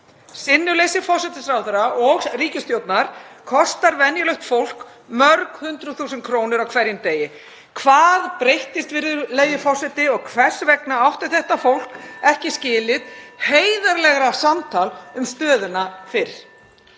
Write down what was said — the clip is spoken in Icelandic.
Sinnuleysi forsætisráðherra og ríkisstjórnar kostar venjulegt fólk mörg hundruð þúsund krónur á hverjum degi. Hvað breyttist, virðulegi forseti, og hvers vegna átti þetta fólk (Forseti hringir.) ekki skilið heiðarlegra samtal um stöðuna fyrr?